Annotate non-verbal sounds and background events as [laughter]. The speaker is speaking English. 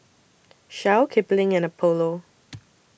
Shell Kipling and Apollo [noise]